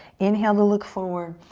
inhale to look forward.